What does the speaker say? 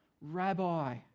Rabbi